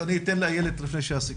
איילת.